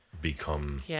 Become